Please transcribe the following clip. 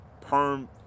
perm